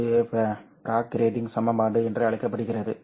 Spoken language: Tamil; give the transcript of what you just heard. இது ப்ராக் கிரேட்டிங் சமன்பாடு என்று அழைக்கப்படுகிறது